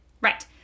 Right